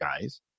guys